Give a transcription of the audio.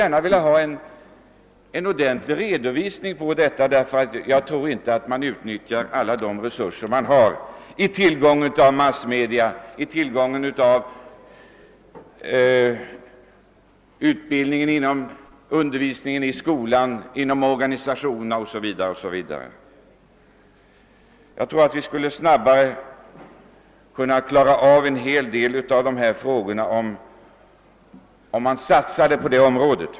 Jag vill få en ordentlig redovisning härav, eftersom jag inte tror att alla tillgängliga resurser inom massmedia, skolundervisning, organisationsverksamhet osv. utnyttjas tillräckligt effektivt. En hel del av frågorna på detta område skulle snabbare kunna lösas om det 'gjordes en större satsning i dessa avseenden.